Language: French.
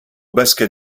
basket